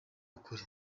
ukuri